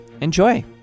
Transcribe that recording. Enjoy